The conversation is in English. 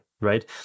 right